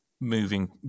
moving